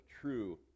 true